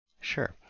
Sure